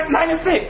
96